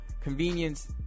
convenience